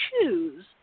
choose